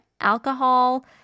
alcohol